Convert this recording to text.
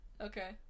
Okay